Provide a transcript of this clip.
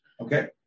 Okay